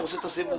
אני חושב שהחוק,